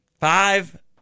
five